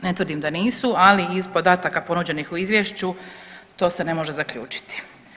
Ne tvrdim da nisu, ali iz podataka ponuđenih u izvješću to se ne može zaključiti.